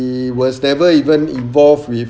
he was never even involved with